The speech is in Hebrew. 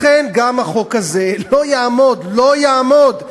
לכן גם החוק הזה לא יעמוד, לא יעמוד.